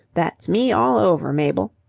that's me all over, mabel.